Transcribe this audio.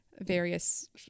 various